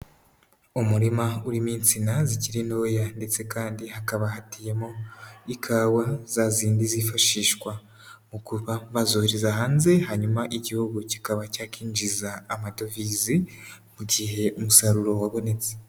Umurima urimo insina zikiri ntoya ndetse kandi hakaba hateyemo ikawa za zindi zifashishwa mu kuba bazohereza hanze, hanyuma igihugu kikaba cyakinjiza amadovizi mu gihe umusaruro wabonetse.